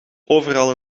overal